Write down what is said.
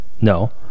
No